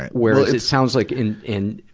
whereas it sounds like in, in,